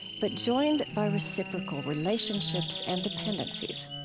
but joined by reciprocal relationships and dependencies.